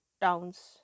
Towns